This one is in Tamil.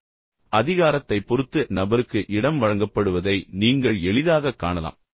எனவே அதிகாரத்தைப் பொறுத்து நபருக்கு இடம் வழங்கப்படுவதை நீங்கள் எளிதாகக் காணலாம்